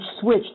switch